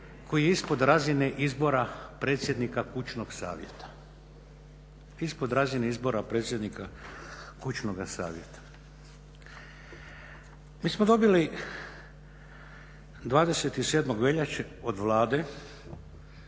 savjeta. Ispod razine izbora predsjednika kućnoga savjeta. Mi smo dobili 27. veljače od Vlade,